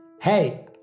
Hey